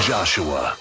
Joshua